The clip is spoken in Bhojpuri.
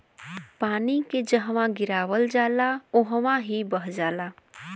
पानी के जहवा गिरावल जाला वहवॉ ही बह जाला